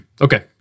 Okay